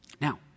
Now